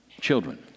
children